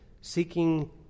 seeking